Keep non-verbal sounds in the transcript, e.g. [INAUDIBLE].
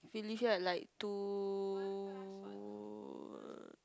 we leave here at like two [NOISE]